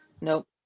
Nope